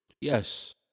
Yes